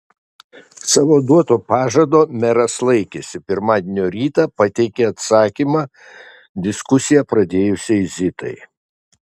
savo duoto pažado meras laikėsi pirmadienio rytą pateikė atsakymą diskusiją pradėjusiai zitai